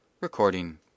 Recording